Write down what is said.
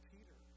Peter